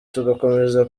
tugakomeza